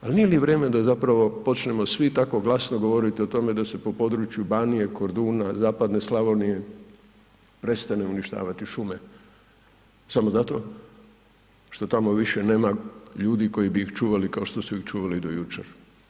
Ali, nije li vrijeme da zapravo počnemo svi tako glasno govoriti o tome da se po području Banije, Korduna, zapadne Slavonije prestanu uništavati šume samo zato što tamo više nema ljudi koji su ih čuvali kao što su ih čuvali to jučer.